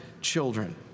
children